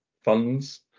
funds